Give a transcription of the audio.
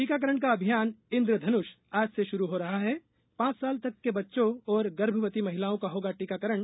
टीकाकरण का अभियान इन्द्रधनुष आज से शुरू हो रहा है पांच साल तक के बच्चों और गर्भवती महिलाओं का होगा टीकाकरण